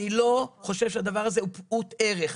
אני לא חושב שהדבר הזה הוא פעוט ערך.